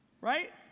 Right